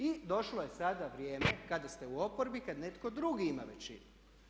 I došlo je sada vrijeme kada ste u oporbi kad netko drugi ima većinu.